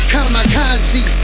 Kamikaze